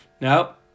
Nope